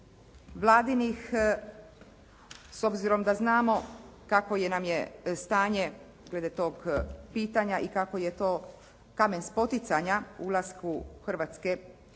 vladinih s obzirom da znamo kakvo nam je stanje glede tog pitanja i kako je to kamen spoticanja ulasku Hrvatske u